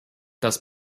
das